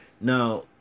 Now